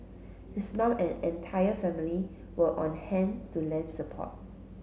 his mum and entire family were on hand to lend support